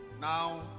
Now